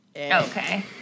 Okay